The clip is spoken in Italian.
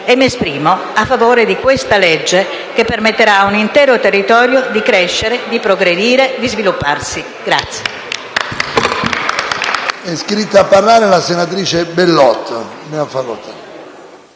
e mi esprimo a favore di questo disegno di legge, che permetterà ad un intero territorio di crescere, di progredire e di svilupparsi.